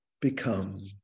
become